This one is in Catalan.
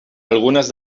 algunes